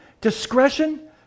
discretion